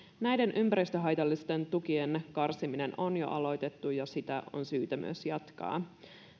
näiden ympäristöhaitallisten tukien karsiminen on jo aloitettu ja sitä on syytä myös jatkaa